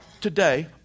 today